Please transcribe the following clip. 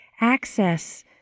access